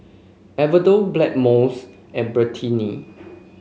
Enervon Blackmores and Betadine